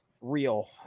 real